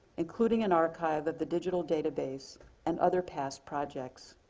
including an archive of the digital database and other past projects.